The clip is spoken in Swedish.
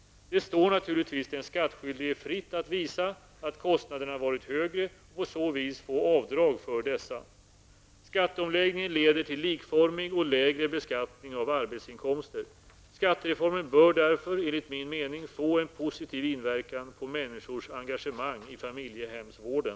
Det står naturligtvis den skattskyldige fritt att visa att kostnaderna varit högre och på så vis få avdrag för dessa. Skatteomläggningen leder till likformig och lägre beskattning av arbetsinkomster. Skattereformen bör därför enligt min mening få en positiv inverkan på människors engagemang i familjehemsvården.